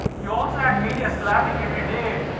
you also had and media slapping every day.